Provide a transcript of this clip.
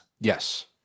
Yes